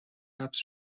حبس